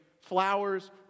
Flowers